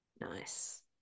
Nice